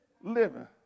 living